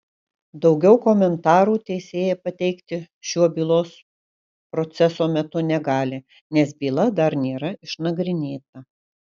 daugiau komentarų teisėja pateikti šiuo bylos proceso metu negali nes byla dar nėra išnagrinėta